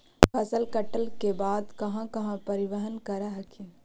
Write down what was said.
फसल कटल के बाद कहा कहा परिबहन कर हखिन?